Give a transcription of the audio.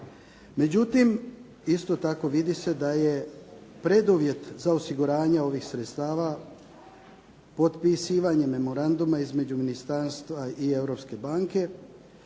Međutim, isto tako vidi se da je preduvjet za osiguranje ovih sredstava potpisivanje memoranduma između ministarstva i Europske banke